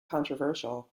controversial